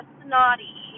snotty